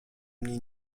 mnie